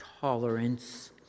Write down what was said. tolerance